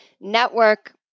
Network